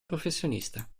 professionista